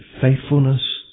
faithfulness